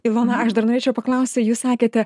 ivona aš dar norėčiau paklausti jūs sakėte